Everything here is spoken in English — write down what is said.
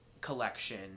collection